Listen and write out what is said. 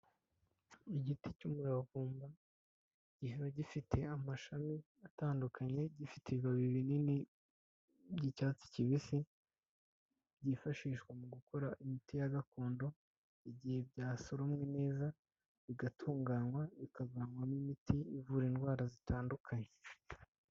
Igiti cy'umuravumba kikaba gifite amashami atandukanye, gifite ibibabi binini by'icyatsi kibisi, byifashishwa mu gukora imiti ya gakondo, igihe byasoromwe neza bigatunganywa bikavanwamo imiti ivura indwara zitandukanye.